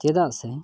ᱪᱮᱫᱟᱜ ᱥᱮ